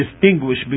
distinguish